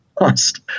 lost